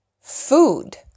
food